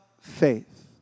faith